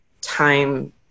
time